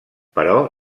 però